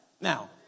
now